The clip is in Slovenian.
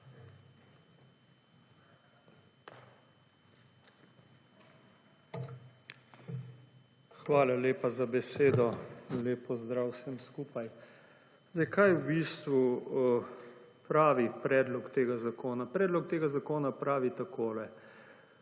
Hvala lepa za besedo. Lep pozdrav vsem skupaj! Kaj je v bistvu pravi predlog tega zakona? Predlog tega zakona pravi takole: